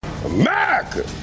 America